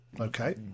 Okay